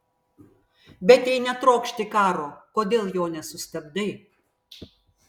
bet jei netrokšti karo kodėl jo nesustabdai